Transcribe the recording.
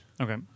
Okay